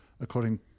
according